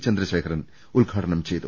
ചന്ദ്രശേഖരൻ ഉദ്ഘാടനം ചെയ്തു